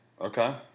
Okay